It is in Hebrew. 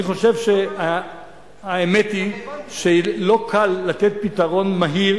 אני חושב שהאמת היא שלא קל לתת פתרון מהיר